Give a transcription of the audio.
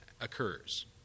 occurs